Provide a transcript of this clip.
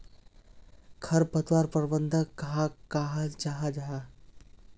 खरपतवार प्रबंधन कहाक कहाल जाहा जाहा?